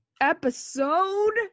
episode